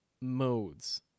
modes